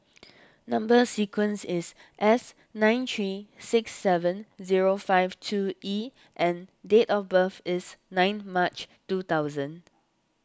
Number Sequence is S nine three six seven zero five two E and date of birth is nine March two thousand